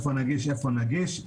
איפה נגיש.